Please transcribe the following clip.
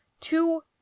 two